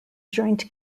joint